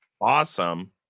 awesome